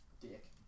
Dick